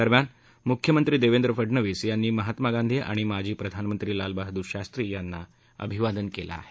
दरम्यान मुख्यमंत्री देवेंद्र फडणवीस यांनी महात्मा गांधी आणि माजी प्रधानमंत्री लालबहादूर शास्त्री यांना अभिवादन केलं आहे